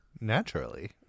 Naturally